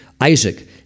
Isaac